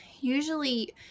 Usually